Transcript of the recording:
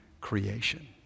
creation